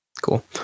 Cool